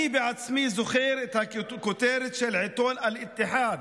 אני בעצמי זוכר את הכותרת של עיתון אל-איתיחאד,